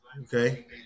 okay